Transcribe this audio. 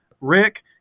Rick